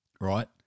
right